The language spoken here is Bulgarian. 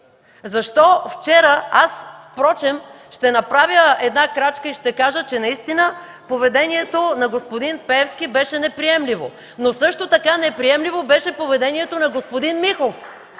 на това управление. Аз ще направя една крачка и ще кажа, че наистина поведението на господин Пеевски беше неприемливо, но също така неприемливо беше поведението на господин Михов.